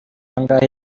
angahe